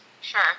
Sure